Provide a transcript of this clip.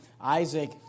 Isaac